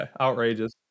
outrageous